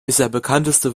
bekannteste